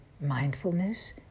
mindfulness